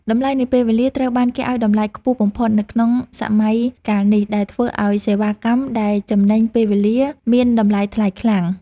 តម្លៃនៃពេលវេលាត្រូវបានគេឱ្យតម្លៃខ្ពស់បំផុតនៅក្នុងសម័យកាលនេះ ដែលធ្វើឱ្យសេវាកម្មដែលចំណេញពេលវេលាមានតម្លៃថ្លៃខ្លាំង។